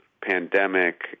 pandemic